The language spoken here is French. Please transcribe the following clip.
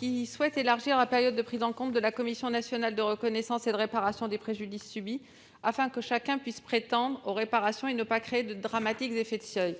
vise à élargir la période de prise en compte de la commission nationale de reconnaissance et de réparation des préjudices subis, afin que chacun puisse prétendre aux réparations sans que de dramatiques effets de seuil